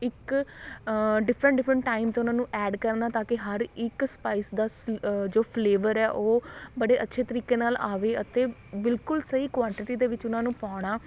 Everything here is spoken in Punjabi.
ਇੱਕ ਡਿਫਰੈਂਟ ਡਿਫਰੈਂਟ ਟਾਈਮ 'ਤੇ ਉਹਨਾਂ ਨੂੰ ਐਡ ਕਰਨਾ ਤਾਂ ਕਿ ਹਰ ਇੱਕ ਸਪਾਈਸ ਦਾ ਸ ਜੋ ਫਲੇਵਰ ਹੈ ਉਹ ਬੜੇ ਅੱਛੇ ਤਰੀਕੇ ਨਾਲ ਆਵੇ ਅਤੇ ਬਿਲਕੁਲ ਸਹੀ ਕੁਆਂਟਿਟੀ ਦੇ ਵਿੱਚ ਉਹਨਾਂ ਨੂੰ ਪਾਉਣਾ